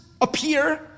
appear